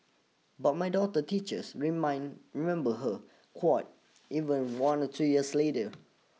but my daughter teachers remind remember her quirks even one or two years later